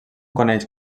coneix